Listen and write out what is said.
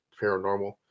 paranormal